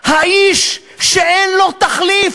האיש שאין לו תחליף.